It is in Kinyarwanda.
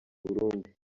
burundi